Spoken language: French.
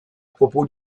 propos